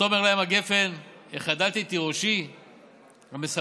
ותאמר להם הגפן החדלתי את תירושי המשמח